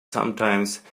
sometimes